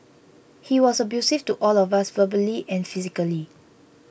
he was abusive to all of us verbally and physically